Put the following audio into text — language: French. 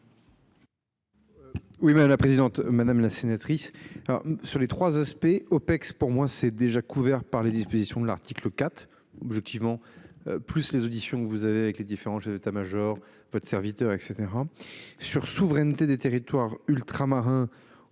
Oui madame la présidente, madame la sénatrice. Sur les 3 aspects OPEX, pour moi c'est déjà couverts par les dispositions de l'article 4 objectivement. Plus les auditions que vous avez avec les différents jeux d'État-Major votre serviteur et cetera sur souveraineté des territoires ultramarins